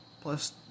plus